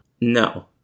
No